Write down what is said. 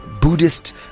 Buddhist